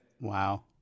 Wow